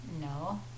no